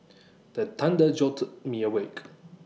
the thunder jolt me awake